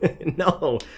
no